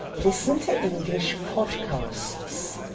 listen to english podcasts.